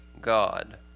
God